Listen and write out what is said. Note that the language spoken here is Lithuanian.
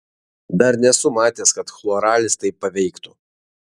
dar nesu matęs kad chloralis taip paveiktų